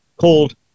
called